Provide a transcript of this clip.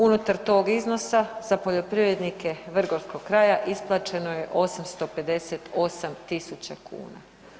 Unutar tog iznosa za poljoprivrednike vrgorskog kraja isplaćeno je 858.000 kuna.